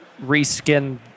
reskin